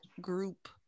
group